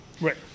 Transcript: Right